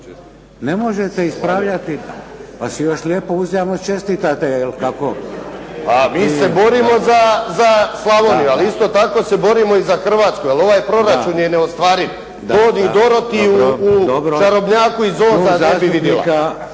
Ne možete ispravljati, pa si još lijepo uzajamno čestitate kako. **Vinković, Zoran (SDP)** MI se borimo za Slavoniju ali isto tako se borimo i za Hrvatsku jer ovaj proračun je neostvariv, to bi Dorothy u Čarobnjaku iz Oza vidjela.